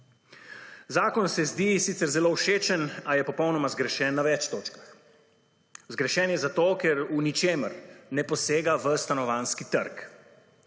Zakon se zdi sicer zelo všečen, a je popolnoma zgrešen na več točkah. Zgrešen je zato, ker v ničemer ne posega v stanovanjski trg.